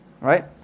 Right